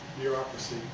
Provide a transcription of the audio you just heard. bureaucracy